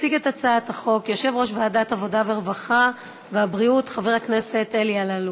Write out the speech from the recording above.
והיא תירשם בספר החוקים של מדינת ישראל.